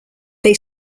they